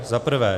Za prvé.